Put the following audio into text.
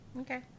Okay